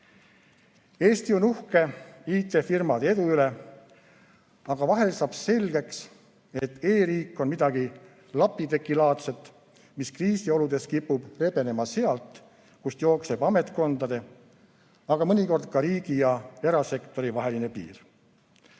Eesti on uhke IT-firmade edu üle, aga vahel saab selgeks, et e-riik on midagi lapitekilaadset, mis kriisioludes kipub rebenema sealt, kust jookseb ametkondade, aga mõnikord ka riigi ja erasektori vaheline piir.